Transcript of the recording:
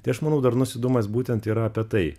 tai aš manau darnus judumas būtent yra apie tai